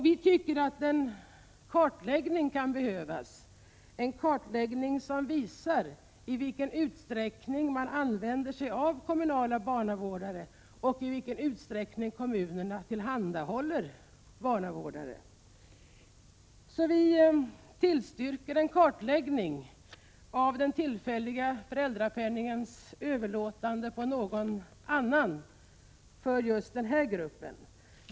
Vi tycker att det behövs en kartläggning för att visa i vilken utsträckning man använder sig av kommunala barnvårdare och i vilken utsträckning kommunerna tillhandahåller sådana. Så vi tillstyrker en kartläggning av den tillfälliga föräldrapenningens överlåtande på någon annan för just den här gruppen.